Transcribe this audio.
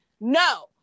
no